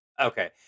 Okay